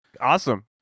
Awesome